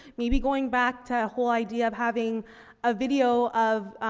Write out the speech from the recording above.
maybe going back to whole idea of having a video of,